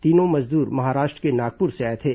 तीनों मजदूर महाराष्ट्र के नागपुर से आए थे